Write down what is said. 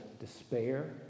despair